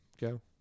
go